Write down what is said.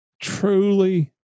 truly